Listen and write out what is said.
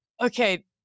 okay